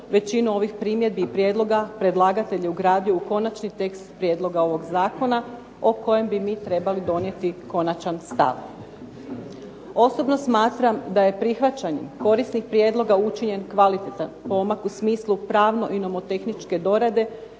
većinu onih primjedbi i prijedloga predlagatelj je ugradio u Konačni tekst ovog Zakona o kojem bi mi trebali donijeti konačan stav. Osobno smatram da je prihvaćanjem korisnih prijedloga učinjen kvalitetan pomak u smislu pravno i nomotehničke dorade